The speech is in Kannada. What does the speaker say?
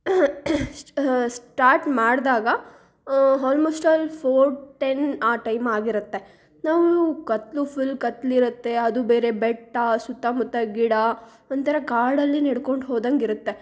ಸ್ಟಾರ್ಟ್ ಮಾಡಿದಾಗ ಹಾಲ್ಮೋಸ್ಟ್ ಆಲ್ ಫೋರ್ ಟೆನ್ ಆ ಟೈಮ್ ಆಗಿರುತ್ತೆ ನಾವು ಕತ್ತಲು ಫುಲ್ ಕತ್ತಲಿರುತ್ತೆ ಅದು ಬೇರೆ ಬೆಟ್ಟ ಸುತ್ತಮುತ್ತ ಗಿಡ ಒಂಥರ ಕಾಡಲ್ಲಿ ನೆಡ್ಕೊಂಡು ಹೋದಂಗಿರುತ್ತೆ